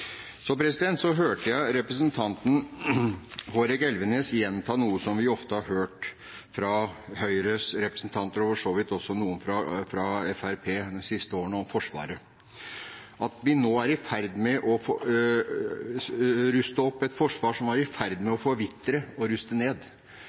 så vidt også fra noen av Fremskrittspartiets – om Forsvaret, nemlig at vi nå er i ferd med å ruste opp et forsvar som var i ferd med